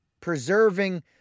preserving